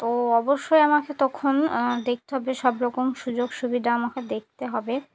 তো অবশ্যই আমাকে তখন দেখতে হবে সব রকম সুযোগ সুবিধা আমাকে দেখতে হবে